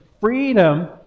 freedom